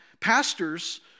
pastors